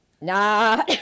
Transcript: nah